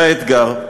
זה האתגר.